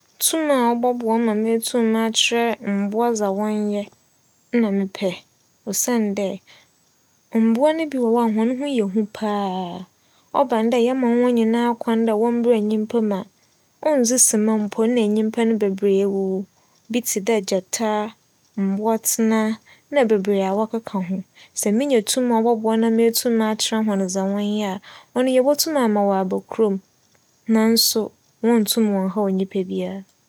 Tum a ͻbͻboa ma meetum m'akyerɛ mbowa dza wͻnyɛ nna mepɛ osiandɛ mbowa no bi wͻ hͻ a hͻnho yɛ hu paa. ͻba no dɛ yɛma hͻn kwan dɛ wͻmbra nyimpa mu a, onndzi sema mpo nna enyimpa no beberee ewuwu. Bi tse dɛ gyata, mbowatsena nna beberee a wͻkeka ho. Sɛ minya tum a ͻbͻboa ma m'akyerɛ hͻn dza wͻnyɛ a, ͻno yebotum ama wͻaba kurow mu naaso wonntum nnhaw nyimpa biara.